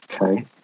Okay